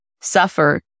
suffer